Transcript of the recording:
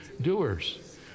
Doers